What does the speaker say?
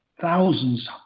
thousands